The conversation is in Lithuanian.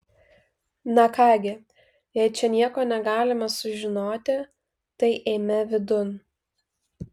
na ką gi jei čia nieko negalime sužinoti tai eime vidun